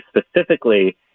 specifically